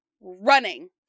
running